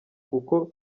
kuko